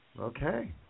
Okay